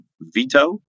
veto